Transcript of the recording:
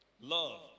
Love